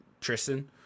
tristan